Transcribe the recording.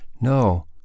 No